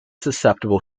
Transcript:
susceptible